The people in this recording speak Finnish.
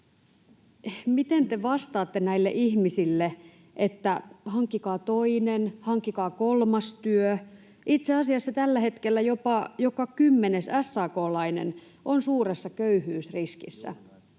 Miten te vastaatte näille ihmisille? Että hankkikaa toinen, hankkikaa kolmas työ? Itse asiassa tällä hetkellä jopa joka kymmenes SAK:lainen on suuressa köyhyysriskissä.